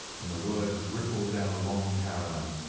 and the words rippled down the long caravan,